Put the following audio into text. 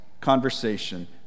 conversation